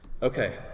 Okay